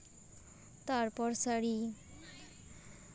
ᱛᱟᱨᱯᱚᱨ ᱥᱟᱹᱲᱤ